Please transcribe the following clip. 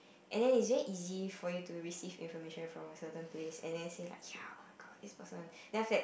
and then it's very easy for you to receive information from a certain place and then say like ya oh-my-god this person then after that